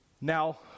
Now